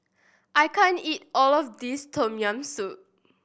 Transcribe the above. I can't eat all of this Tom Yam Soup